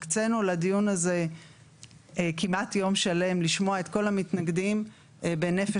הקצנו לדיון הזה כמעט יום שלם לשמוע את כל המתנגדים בנפש